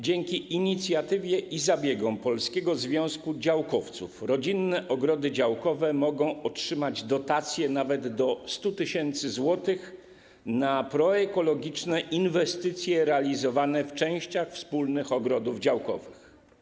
Dzięki inicjatywie i zabiegom Polskiego Związku Działkowców rodzinne ogrody działkowe mogą otrzymać dotacje nawet do 100 tys. zł na proekologiczne inwestycje realizowane w częściach wspólnych ogrodów działkowych.